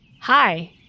Hi